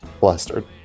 blustered